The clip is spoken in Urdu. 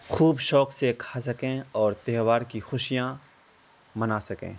خوب شوق سے کھا سکیں اور تہوار کی خوشیاں منا سکیں